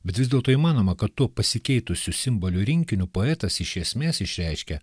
bet vis dėlto įmanoma kad tuo pasikeitusiu simbolių rinkiniu poetas iš esmės išreiškia